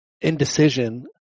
indecision